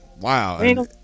Wow